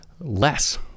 less